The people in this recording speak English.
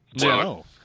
No